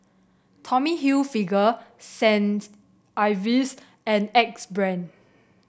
Tommy Hilfiger Saints Ives and Axe Brand